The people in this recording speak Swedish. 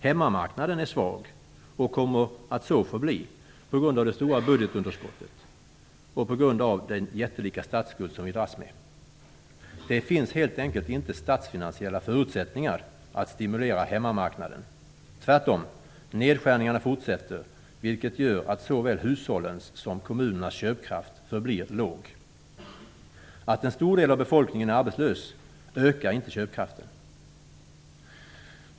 Hemmamarknaden är svag, och kommer att så förbli på grund av det stora budgetunderskottet och på grund av den jättelika statsskuld som vi dras med. Det finns helt enkelt inte statsfinansiella förutsättningar att stimulera hemmamarknaden. Tvärtom fortsätter nedskärningarna, vilket gör att såväl hushållens som kommunernas köpkraft förblir låg. Att en stor del av befolkningen är arbetslös ökar inte köpkraften.